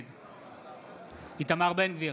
נגד איתמר בן גביר,